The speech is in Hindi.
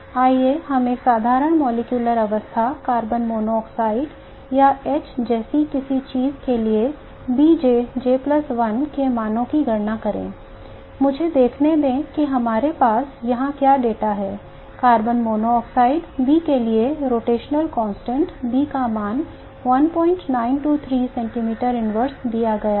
आइए हम एक साधारण मॉलिक्यूलर अवस्था कार्बन मोनोऑक्साइड या h जैसी किसी चीज़ के लिए BJ B का मान 1923 centimeter inverse दिया गया है